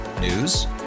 News